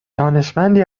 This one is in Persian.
دانشمندی